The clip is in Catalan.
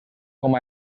com